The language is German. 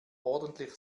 ordentlich